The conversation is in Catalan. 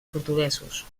portuguesos